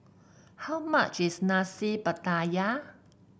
how much is Nasi Pattaya